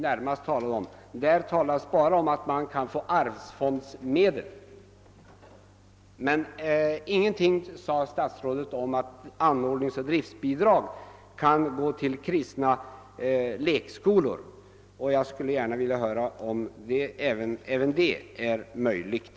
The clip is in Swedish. Här talas bara om att man kan få arvsfondsmedel, men statsrådet sade ingenting om att anordningsoch driftbidrag kan utgå till kristna lekskoior. fag skulle vilja veta om även det är möjligt.